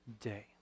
day